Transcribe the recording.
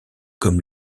comme